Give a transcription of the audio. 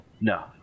No